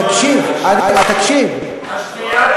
תקשיב, תקשיב, השתייה,